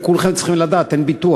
ואנחנו צריכים ללמוד את הדבר